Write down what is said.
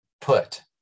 put